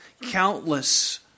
Countless